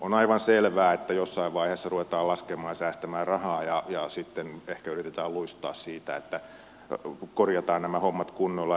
on aivan selvää että jossain vaiheessa ruvetaan laskemaan ja säästämään rahaa ja sitten ehkä yritetään luistaa siitä että korjataan nämä hommat kunnolla